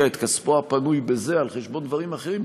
את כספו הפנוי בזה על חשבון דברים אחרים,